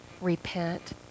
repent